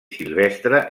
silvestre